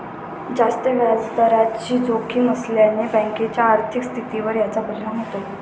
जास्त व्याजदराची जोखीम असल्याने बँकेच्या आर्थिक स्थितीवर याचा परिणाम होतो